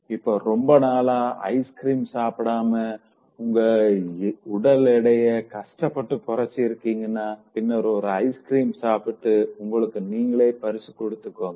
இப்போ ரொம்ப நாளா ஐஸ்கிரீம் சாப்பிடாம உங்க உடல் எடைய கஷ்டப்பட்டு குறைச்சு இருக்கீங்கன்னா பின்னர் ஒரு ஐஸ்கிரீம் சாப்பிட்டு உங்களுக்கு நீங்களே பரிசு கொடுத்துக்கோங்க